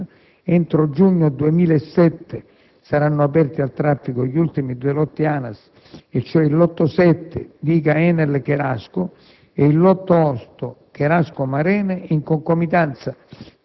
Per quanto riguarda i lotti di diretta competenza ANAS, entro giugno 2007 saranno aperti al traffico gli ultimi due lotti ANAS e cioè il Lotto 7 (Diga ENEL-Cherasco) e il Lotto 8